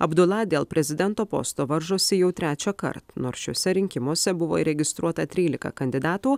abdula dėl prezidento posto varžosi jau trečiąkart nors šiuose rinkimuose buvo įregistruota trylika kandidatų